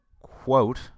quote